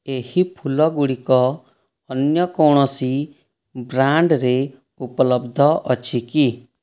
ଏହି ଫୁଲ ଗୁଡ଼ିକ ଅନ୍ୟ କୌଣସି ବ୍ରାଣ୍ଡରେ ଉପଲବ୍ଧ ଅଛି କି